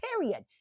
period